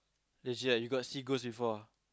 legit ah you got see ghost before ah